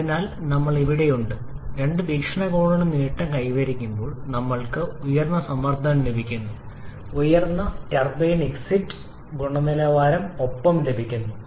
അതിനാൽ നമ്മൾ ഇവിടെയുണ്ട് രണ്ട് വീക്ഷണകോണുകളിൽ നിന്നും നേട്ടം കൈവരിക്കുമ്പോൾ നമ്മൾക്ക് ഉയർന്ന സമ്മർദ്ദം ലഭിക്കുന്നു ഉയർന്ന ടർബൈൻ എക്സിറ്റ് ഗുണനിലവാരം ഒപ്പം ലഭിക്കുന്നു